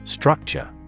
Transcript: Structure